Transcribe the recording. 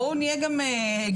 בואו נהיה גם הגיוניים,